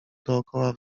dookoła